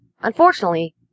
Unfortunately